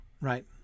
right